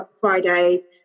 Fridays